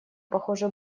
похоже